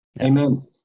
Amen